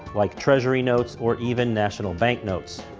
like treasury notes or even national bank notes.